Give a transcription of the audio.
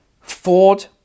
Ford